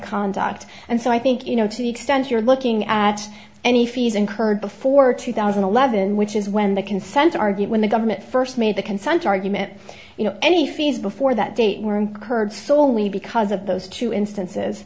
conduct and so i think you know to the extent you're looking at any fees incurred before two thousand and eleven which is when the consent argued when the government first made the consent argument you know any fees before that date were incurred solely because of those two instances